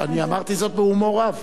אני אמרתי זאת בהומור רב.